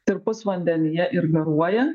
tirpus vandenyje ir garuoja